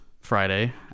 friday